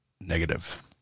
Negative